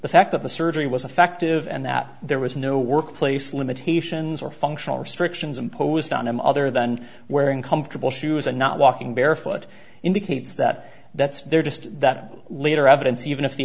the fact that the surgery was effective and that there was no workplace limitations or functional restrictions imposed on him other than wearing comfortable shoes and not walking barefoot indicates that that's there just that later evidence even if the